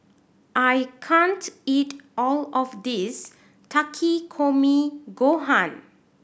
I can't eat all of this Takikomi Gohan